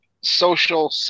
social